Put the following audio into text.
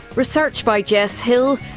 research by jess hill,